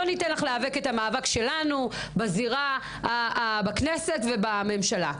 לא ניתן לך להיאבק את המאבק שלנו בזירה בכנסת ובממשלה.